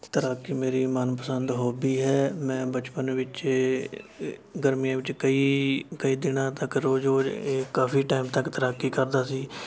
ਤਰਾਕੀ ਮੇਰੀ ਮਨ ਪਸੰਦ ਹੋਬੀ ਹੈ ਮੈਂ ਬਚਪਨ ਵਿੱਚ ਏ ਗਰਮੀਆਂ ਵਿੱਚ ਕਈ ਕਈ ਦਿਨਾਂ ਤੱਕ ਰੋਜ਼ ਰੋਜ਼ ਇਹ ਕਾਫੀ ਟਾਈਮ ਤੱਕ ਤੈਰਾਕੀ ਕਰਦਾ ਸੀ